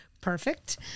Perfect